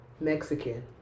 Mexican